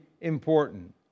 important